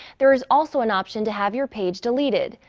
there is also an option to have your page deleted.